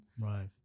Right